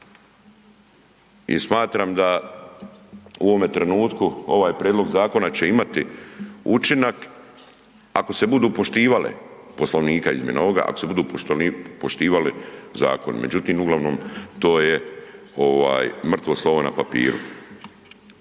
I smatram da u ovome trenutku ovaj prijedlog zakona će imati učinak ako se budu poštivale Poslovnika izmjena ovoga, ako se budu poštivali zakoni. Međutim, uglavnom to je ovaj mrtvo slovo na papiru.